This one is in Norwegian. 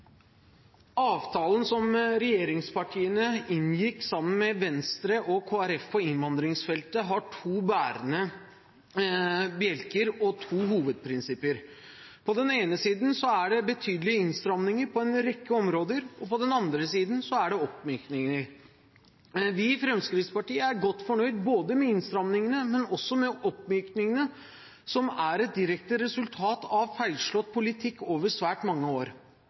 på innvandringsfeltet, har to bærende bjelker og to hovedprinsipper. På den ene siden er det betydelige innstramninger på en rekke områder, og på den andre siden er det oppmykninger. Vi i Fremskrittspartiet er godt fornøyd både med innstramningene og med oppmykningene, som er et direkte resultat av feilslått politikk over svært mange år.